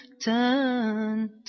turn